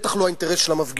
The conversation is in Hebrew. בטח לא האינטרס של המפגינים.